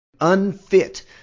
unfit